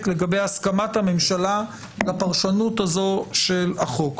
לגבי הסכמת הממשלה לפרשנות הזאת של החוק.